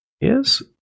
yes